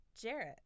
Jarrett